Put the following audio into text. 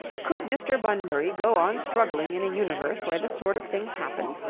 could mr. bunbury go on struggling in a universe where this sort of thing happened?